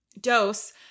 dose